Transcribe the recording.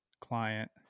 client